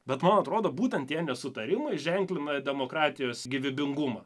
bet man atrodo būtent tie nesutarimai ženklina demokratijos gyvybingumą